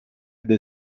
del